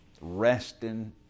resting